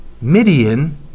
Midian